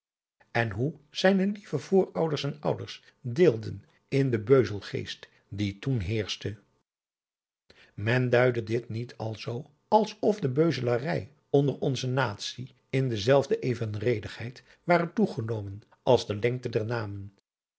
en hoe zijne lieve voorouders en ouders deelden in den beuzelgeest die toen heerschte men duide dit niet alzoo als of de beuzelarij onder onze natie in dezelfde evenredigheid ware toegenomen als de lengte der